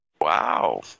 Wow